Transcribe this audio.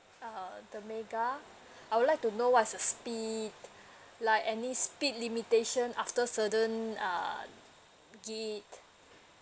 err the mega I would like to know what's the speed like any speed limitation after certain err gig